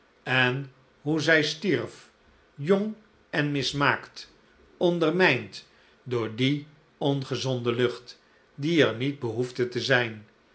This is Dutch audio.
en hoe zij stierf jong en mismaakt ondermijnd door die ongezonde lucht die er nietbehoefde te aijn